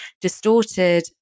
distorted